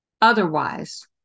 Otherwise